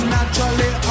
naturally